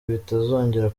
bitazongera